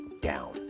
down